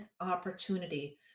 opportunity